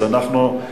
אז אנחנו,